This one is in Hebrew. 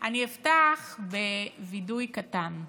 אני אפתח בווידוי קטן.